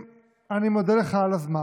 אני מודה לך על הזמן.